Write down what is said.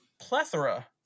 plethora